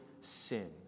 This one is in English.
sin